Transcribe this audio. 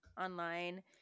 Online